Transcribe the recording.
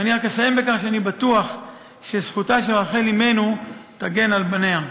ורק אסיים בכך שאני בטוח שזכותה של רחל אמנו תגן על בניה.